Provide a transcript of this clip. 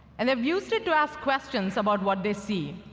and they've used it to ask questions about what they see,